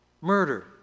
murder